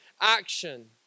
action